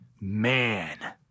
man